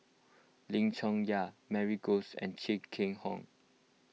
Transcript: Lim Chong Yah Mary Goes and Chia Keng Hock